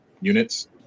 units